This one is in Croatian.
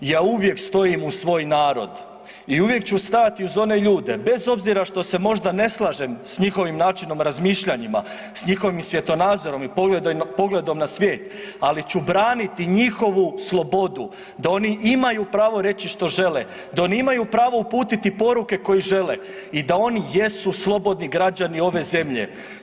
Ja uvijek stojim uz svoj narod i uvijek ću stajati uz one ljude, bez obzira što se možda ne slažem s njihovim načinom razmišljanja, s njihovim svjetonazorom i pogledom na svijet ali ću braniti njihovu slobodu da oni imaju pravo reći što žele, da oni imaju pravo uputiti poruke koje žele i da oni jesu slobodni građani ove zemlje.